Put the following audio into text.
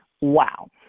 Wow